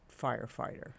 firefighter